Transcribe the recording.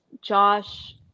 josh